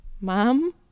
mom